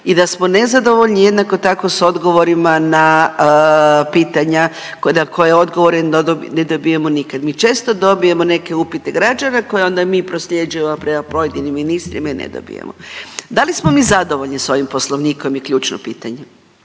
i da smo nezadovoljni jednako tako s odgovorima na pitanja, koje odgovore ne dobijemo nikad. Mi često dobijemo neke upite građana, koje onda mi prosljeđujemo prema pojedinim ministrima i ne dobijemo. Da li smo mi zadovoljni s ovim Poslovnikom je ključno pitanje.